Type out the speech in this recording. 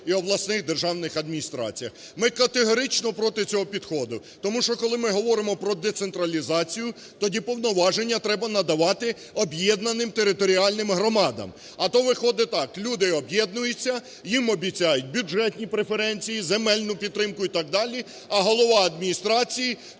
і обласних державних адміністраціях. Ми категорично проти цього підходу. Тому що, коли ми говоримо про децентралізацію, тоді повноваження треба надавати об'єднаним територіальним громадам. А то виходить так, люди об'єднуються, їм обіцяють бюджетні преференції, земельну підтримку і так далі, а голова адміністрації